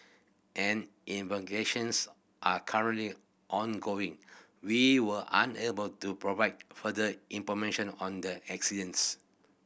an investigations are currently ongoing we were unable to provide further information on the accidence